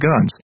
guns